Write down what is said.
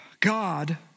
God